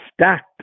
stacked